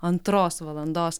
antros valandos